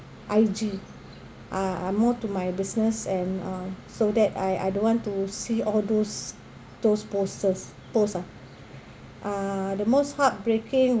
I_G uh more to my business and uh so that I I don't want to see all those those posts post ah uh the most heartbreaking